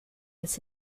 its